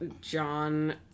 John